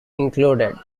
included